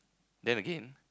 then again